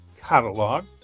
catalog